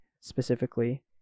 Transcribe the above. specifically